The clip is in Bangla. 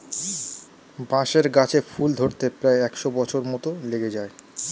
বাঁশের গাছে ফুল ধরতে প্রায় একশ বছর মত লেগে যায়